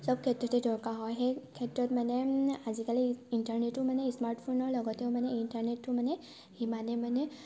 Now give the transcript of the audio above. চব ক্ষেত্ৰতে দৰকাৰ হয় হেই ক্ষেত্ৰত মানে আজিকালি ইণ্টাৰনেটটো মানে স্মাৰ্টফোনৰ লগতেও মানে ইণ্টাৰনেটটো মানে সিমানে মানে